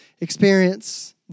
experience